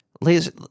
laser